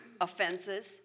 offenses